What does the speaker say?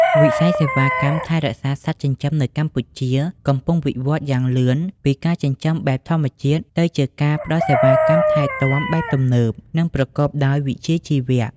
វិស័យសេវាកម្មថែរក្សាសត្វចិញ្ចឹមនៅកម្ពុជាកំពុងវិវត្តយ៉ាងលឿនពីការចិញ្ចឹមបែបធម្មតា ទៅជាការផ្ដល់សេវាកម្មថែទាំបែបទំនើប និងប្រកបដោយវិជ្ជាជីវៈ។